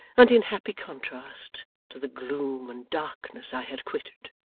and in happy contrast to the gloom and darkness i had quitted.